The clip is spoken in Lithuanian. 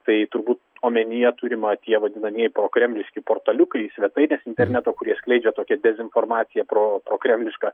tai turbūt omenyje turima tie vadinamieji prokremliški portaliukai svetainės interneto kurie skleidžia tokią dezinformaciją pro prokremlišką